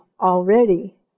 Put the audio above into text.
already